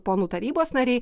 ponų tarybos nariai